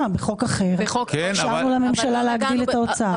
בחוק אחר אישרנו לממשלה להגדיל את ההוצאה.